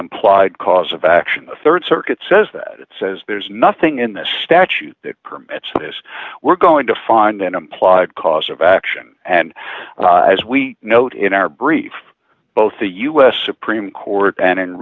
implied cause of action the rd circuit says that it says there's nothing in the statute that permits this we're going to find an implied cause of action and as we note in our brief both the us supreme court and in